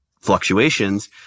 fluctuations